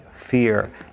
fear